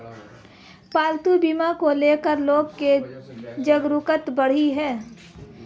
पालतू बीमा को ले कर लोगो में जागरूकता बढ़ी है